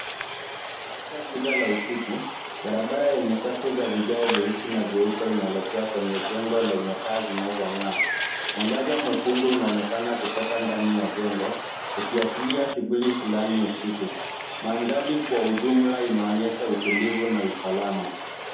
Katika giza la usiku, barabara yenye safu za vigae vyeusi na vyeupe inaelekea kwenye jengo lenye taa zinazong, aa. Mwangaza mwekundu unaonekana kutoka ndani ya jengo, ukiashiria shughuli fulani usiku. Mandhari kwa ujumla inaonyesha utulivu na usalama.